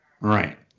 Right